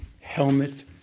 Helmet